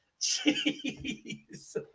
Jesus